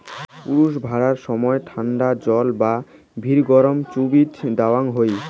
পুরুষ ভ্যাড়া সমায় মতন ঠান্ডা জল বা ভিনিগারত চুগবি দ্যাওয়ং হই